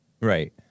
Right